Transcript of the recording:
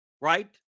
Right